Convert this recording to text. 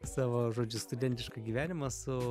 savo žodžiu studentišką gyvenimą su